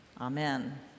Amen